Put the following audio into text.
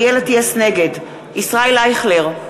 נגד ישראל אייכלר,